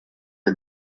est